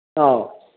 ꯑꯧ